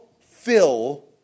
fill